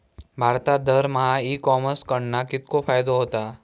भारतात दरमहा e commerce कडणा कितको फायदो होता?